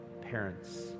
parents